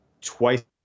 twice